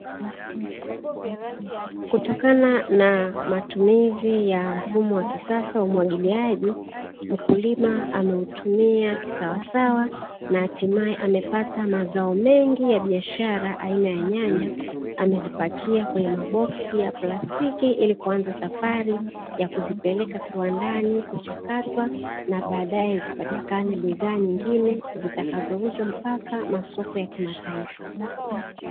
Kutokana na matumizi ya mfumo wa kisasa wa umwagiliaji mkulima ameutumia, kisawasawa na hatimaye amepata mazao mengi ya biashara aina ya nyanya amezipakia kwenye maboksi ya plastiki ili kuanza safari ya kuzipeleka kiwandani kuchakatwa na baadae zipatikane bidhaa nyingine zitakazouzwa mpaka masoko ya kimataifa.